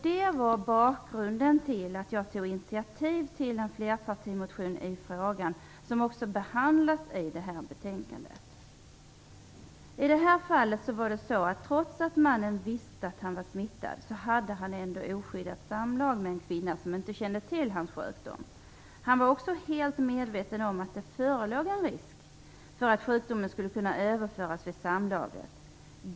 Detta var bakgrunden till att jag tog initiativ till en flerpartimotion i frågan som också behandlas i betänkandet. I detta fall var det så att trots att mannen visste att han var smittad hade han oskyddat samlag med en kvinna som inte kände till hans sjukdom. Han var också helt medveten om att det förelåg en risk för att sjukdomen skulle kunna överföras vid samlaget.